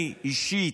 אני אישית,